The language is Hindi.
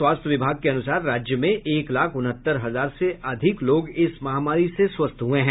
स्वास्थ्य विभाग के अनुसार राज्य में एक लाख उनहत्तर हजार से अधिक लोग इस महामारी से स्वस्थ हुए हैं